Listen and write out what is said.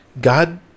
god